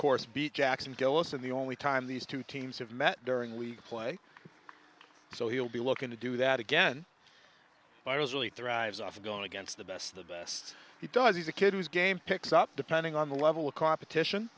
course beat jacksonville us in the only time these two teams have met during we play so he'll be looking to do that again i was really thrives off going against the best the best he does he's a kid who's game picks up depending on the level of competition